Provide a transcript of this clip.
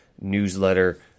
newsletter